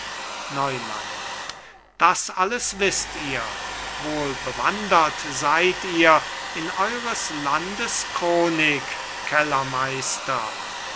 neumann das alles wißt ihr wohl bewandert seid ihr in eures landes chronik kellermeister